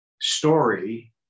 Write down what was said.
story